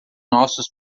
nossos